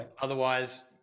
otherwise